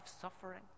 suffering